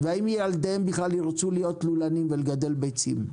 והאם ילדיהם ירצו בכלל להיות לולנים ולגדל ביצים.